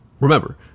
Remember